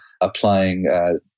applying